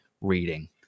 reading